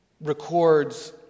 records